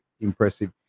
impressive